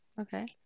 okay